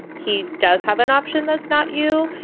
he does have an option. that's not you.